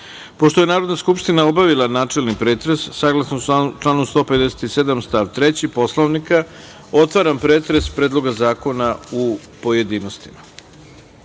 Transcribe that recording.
je Narodna skupština obavila načelni pretres, saglasno članu 157. stav 3. Poslovnika, otvaram pretres Predloga zakona u pojedinostima. Na